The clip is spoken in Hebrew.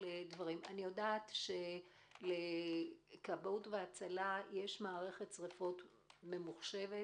אני יודעת שלכבאות והצלה יש מערכת שריפות ממוחשבת,